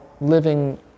living